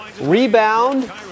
rebound